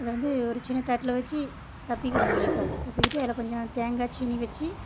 அதை வந்து ஒரு சின்ன தட்டில் வச்சு தப்பிக்கணும் லேசாக தப்பிக்கிட்டு அதில் கொஞ்ம் தேங்காய் சீனி வச்சு